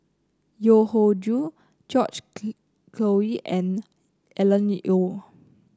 Yeo Hoe Joe George Collyer and Alan Oei